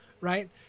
right